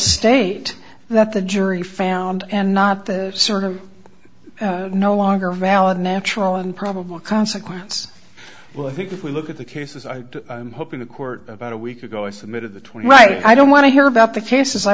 state that the jury found and not the sort of no longer valid natural and probable consequence well i think if we look at the cases i hope in the court about a week ago i submitted the twenty right i don't want to hear about the cases i